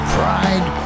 pride